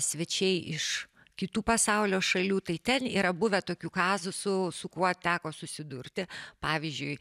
svečiai iš kitų pasaulio šalių tai ten yra buvę tokių kazusų su kuo teko susidurti pavyzdžiui